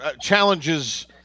challenges –